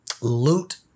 Loot